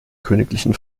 königlichen